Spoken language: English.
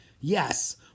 Yes